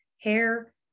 hair